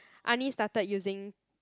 I only started using